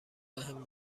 بهم